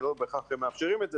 שלא בהכרח מאפשרים את זה.